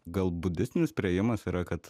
gal budistinis priėjimas yra kad